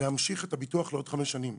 להמשיך את הביטוח לעוד חמש שנים.